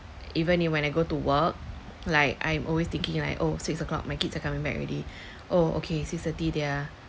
even if when I go to work like I'm always thinking like oh six o'clock my kids are coming back already oh okay six thirty they're